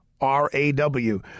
R-A-W